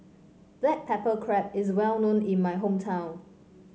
Black Pepper Crab is well known in my hometown